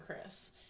Chris